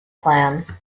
plan